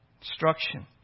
Instruction